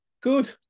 Good